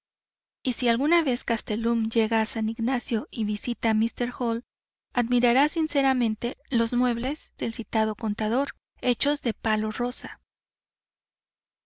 y si alguna vez castelhum llega a san ignacio y visita a míster hall admirará sinceramente los muebles del citado contador hechos de palo rosa